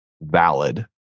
valid